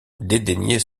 dédaignait